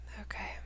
Okay